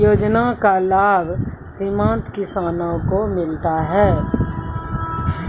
योजना का लाभ सीमांत किसानों को मिलता हैं?